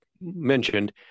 mentioned